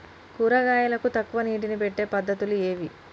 కూరగాయలకు తక్కువ నీటిని పెట్టే పద్దతులు ఏవి?